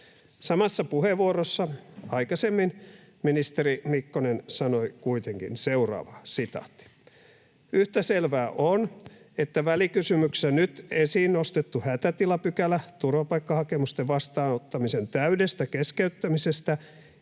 Samassa puheenvuorossa aikaisemmin ministeri Mikkonen sanoi kuitenkin seuraavaa: ”Yhtä selvää on, että välikysymyksessä nyt esiin nostettu hätätilapykälä turvapaikkahakemusten vastaanottamisen täydestä keskeyttämisestä